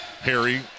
Harry